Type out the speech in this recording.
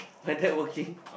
like that working